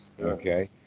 okay